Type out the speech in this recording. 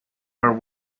her